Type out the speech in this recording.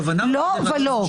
לא ולא.